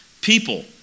people